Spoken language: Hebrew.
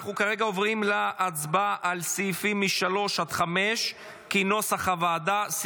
אנחנו כרגע עוברים להצבעה על סעיפים 3 5 כנוסח הוועדה.